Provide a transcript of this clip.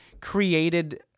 created